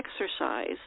exercise